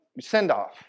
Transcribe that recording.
send-off